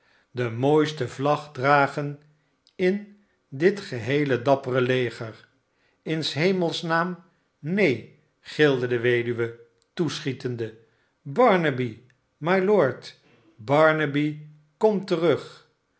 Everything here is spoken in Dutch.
de mooiste vlag dragen in dit geheele dappere leer sin shemels naam y neen gilde de weduwe toeschietende barnaby mylord barnaby kom terug